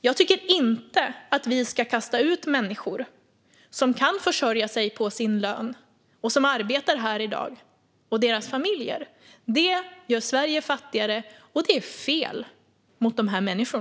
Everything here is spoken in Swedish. Jag tycker inte att vi ska kasta ut människor - och deras familjer - som arbetar här i dag och som kan försörja sig på sin lön. Det gör Sverige fattigare, och det är fel mot dessa människor.